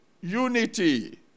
unity